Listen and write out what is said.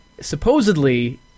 supposedly